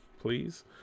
please